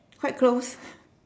quite close